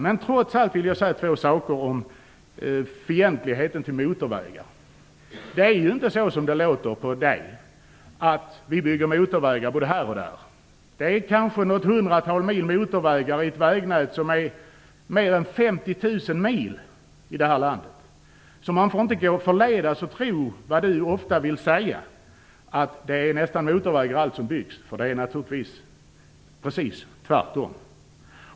Jag vill trots allt säga två saker om fientligheten till motorvägar. Det är inte så att vi bygger motorvägar både här och där, som det låter på Elisa Abascal Reyes. Det är kanske något hundratal mil motorvägar i ett vägnät som är mer än 50 000 mil i detta land. Man får inte förledas att tro det som ni ofta säger, dvs. att nästan allt som byggs är motorvägar. Det är naturligtvis precis tvärtom.